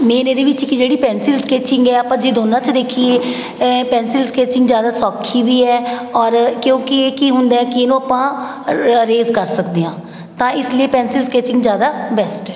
main ਇਹਦੇ ਵਿੱਚ ਕੀ ਜਿਹੜੀ ਪੈਨਸਿਲ ਸਕੈਚਿੰਗ ਹੈ ਆਪਾਂ ਜੇ ਦੋਨਾਂ 'ਚ ਦੇਖੀਏ ਪੈਨਸਿਲ ਸਕੈਚਿੰਗ ਜ਼ਿਆਦਾ ਸੌਖੀ ਵੀ ਹੈ ਔਰ ਕਿਉਂਕਿ ਇਹ ਕੀ ਹੁੰਦਾ ਹੈ ਕਿ ਇਹਨੂੰ ਆਪਾਂ ਰੇਜ਼ ਕਰ ਸਕਦੇ ਹਾਂ ਤਾਂ ਇਸ ਲਈ ਪੈਨਸਿਲ ਸਕੈਚਿੰਗ ਜ਼ਿਆਦਾ ਬੈਸਟ ਹੈ